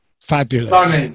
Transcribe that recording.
Fabulous